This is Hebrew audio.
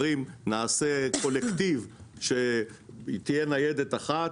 אומרים נעשה קולקטיב שתהיה ניידת אחת,